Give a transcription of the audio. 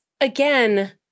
again